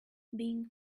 being